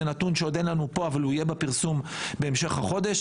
זה נתון שעוד אין לנו אותו פה אבל הוא יפורסם בהמשך החודש.